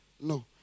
No